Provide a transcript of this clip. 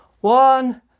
one